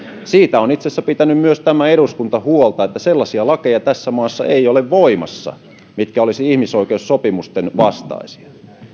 siitä on itse asiassa tämä eduskunta huolta että sellaisia lakeja tässä maassa ei ole voimassa mitkä olisivat ihmisoikeussopimusten vastaisia